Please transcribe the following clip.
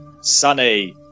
Sunny